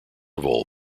vole